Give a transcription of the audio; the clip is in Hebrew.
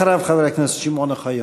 אחריו, חבר הכנסת שמעון אוחיון.